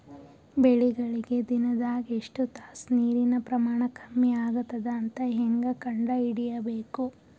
ಬೆಳಿಗಳಿಗೆ ದಿನದಾಗ ಎಷ್ಟು ತಾಸ ನೀರಿನ ಪ್ರಮಾಣ ಕಮ್ಮಿ ಆಗತದ ಅಂತ ಹೇಂಗ ಕಂಡ ಹಿಡಿಯಬೇಕು?